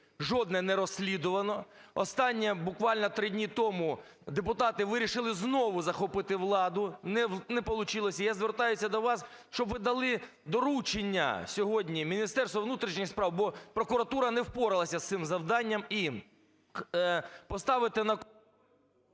жодне не розслідувано. Останнє, буквально три дні тому, депутати вирішили знову захопити владу – не получилося. Я звертаюся до вас, щоб ви дали доручення сьогодні Міністерству внутрішніх справ, бо прокуратура не впоралася з цим завданням,